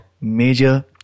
major